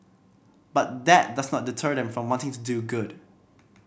but that does not deter them from wanting to do good